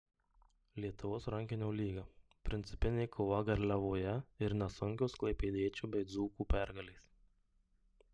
lietuvos rankinio lyga principinė kova garliavoje ir nesunkios klaipėdiečių bei dzūkų pergalės